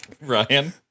Ryan